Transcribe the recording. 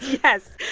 yes.